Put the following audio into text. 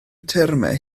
termau